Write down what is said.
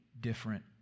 different